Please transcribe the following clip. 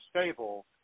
stable